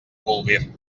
bolvir